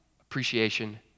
appreciation